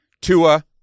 Tua